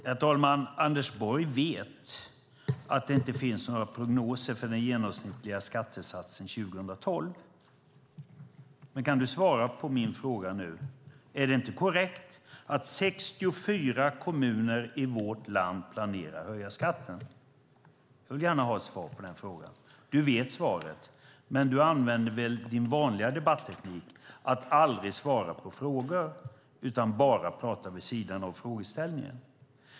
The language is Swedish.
Herr talman! Anders Borg vet att det inte finns några prognoser för den genomsnittliga skattesatsen för 2012. Kan du svara på min fråga nu? Är det inte korrekt att 64 kommuner i vårt land planerar att höja skatten? Jag vill gärna ha ett svar på den frågan. Du vet svaret, men du använder väl din vanliga debatteknik att aldrig svara på frågor utan bara prata vid sidan om frågeställningen.